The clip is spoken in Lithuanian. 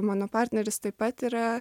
mano partneris taip pat yra